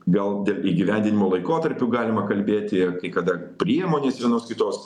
gal įgyvendinimo laikotarpiu galima kalbėti kai kada priemonės vienos kitos